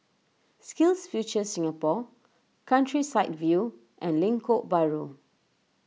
SkillsFuture Singapore Countryside View and Lengkok Bahru